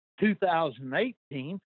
2018